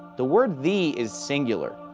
the word thee is singular.